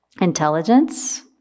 Intelligence